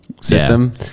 system